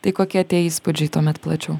tai kokie tie įspūdžiai tuomet plačiau